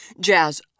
Jazz